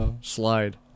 Slide